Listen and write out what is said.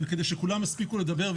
וכדי שכולם יספיקו לדבר,